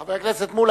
חבר הכנסת מולה,